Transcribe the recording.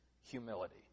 humility